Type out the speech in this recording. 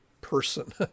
person